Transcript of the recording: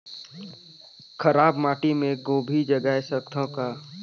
खराब माटी मे गोभी जगाय सकथव का?